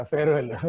Farewell